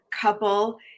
couple